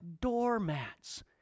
doormats